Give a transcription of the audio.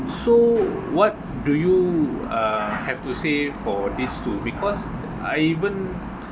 so what do you uh have to say for this to because I even